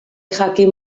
jakin